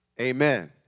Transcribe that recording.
Amen